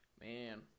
Man